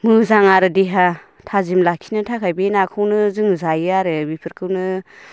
मोजां आरो देहा थाजिम लाखिनो थाखाय बे नाखौनो जों जायो आरो बेफोरखौनो